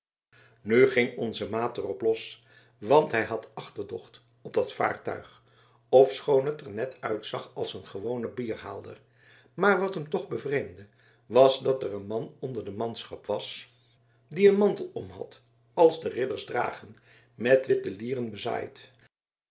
nu ging onze maat er op los want hij had achterdocht op dat vaartuig ofschoon het er net uitzag als een gewone bierhaalder maar wat hem toch bevreemdde was dat er een man onder de manschap was die een mantel omhad als de ridders dragen met witte lieren bezaaid